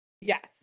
Yes